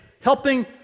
helping